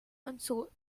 unsought